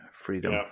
freedom